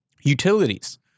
utilities